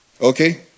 Okay